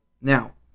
Now